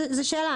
זאת שאלה.